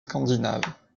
scandinave